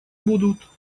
будут